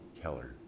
Keller